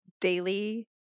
daily